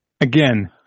Again